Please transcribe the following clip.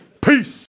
Peace